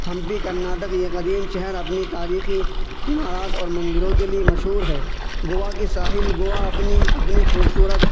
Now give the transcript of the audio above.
ہمپی کرناٹک ایک عظیم شہر اپنی تاریخی عمارات اور مندروں کے لیے مشہور ہے گوا کے ساحل گوا اپنی اپنے خوبصورت